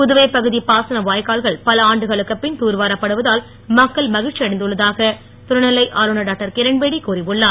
புதுவை பகுதி பாசன வாய்க்கால்கள் பல ஆண்டுகளுக்குப் பின் தூர்வாரப்படுவதால் மக்கள் மகழ்ச்சி அடைந்துள்ளதாக துணைநிலை ஆளுநர் டாக்டர் கிரண்பேடி கூறியுன்னார்